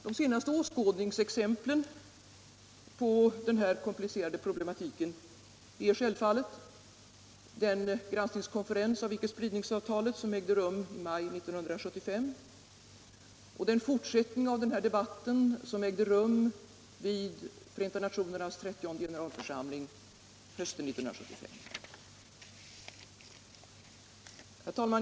De senaste åskådningsexemplen rörande denna komplicerade problematik är självfallet den granskningskonferens om icke-spridningsavtalet som ägde rum i maj 1975 och den fortsättning av debatten då som ägde rum vid Förenta nationernas trettionde generalförsamling hösten 1975. Herr talman!